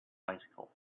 bicycles